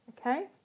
Okay